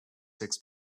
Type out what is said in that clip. six